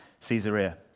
Caesarea